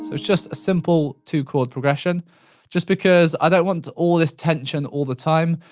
it's just a simple, two chord progression just because i don't want all this tension all the time.